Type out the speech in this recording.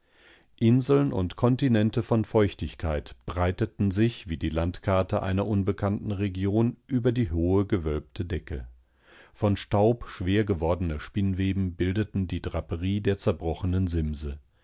inseln und kontinente von feuchtigkeit breiteten sich wie die landkarte einer unbekannten region über die hohe gewölbte decke von staub schwer gewordene spinnweben bildeten die draperie der zerbrochenen simse